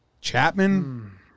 Chapman